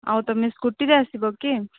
ଆଉ ତୁମେ ସ୍କୁଟିରେ ଆସିବ କି